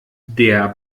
der